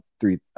three